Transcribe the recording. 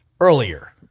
earlier